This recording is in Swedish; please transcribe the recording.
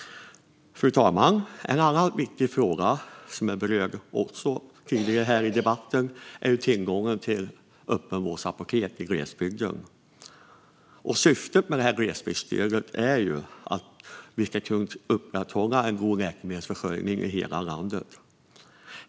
Fru talman! En annan viktig fråga, som har berörts tidigare i debatten, gäller tillgången till öppenvårdsapotek i glesbygden. Syftet med detta glesbygdsstöd är att vi ska kunna upprätthålla en god läkemedelsförsörjning i hela landet.